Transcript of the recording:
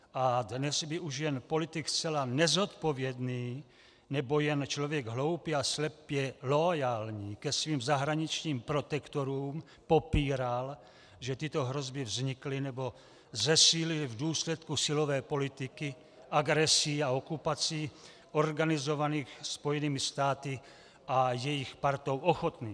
A dnes by už jen politik zcela nezodpovědný nebo jen člověk hloupý a slepě loajální ke svým zahraničním protektorům popíral, že tyto hrozby vznikly nebo zesílily v důsledku silové politiky, agresí a okupací organizovaných Spojenými státy a jejich partou ochotných.